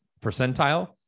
percentile